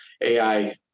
AI